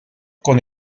con